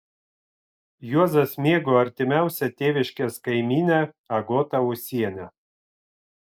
juozas mėgo artimiausią tėviškės kaimynę agotą ūsienę